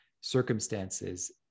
circumstances